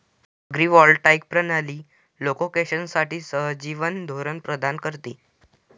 agrivoltaic प्रणाली कोलोकेशनसाठी सहजीवन धोरण प्रदान करते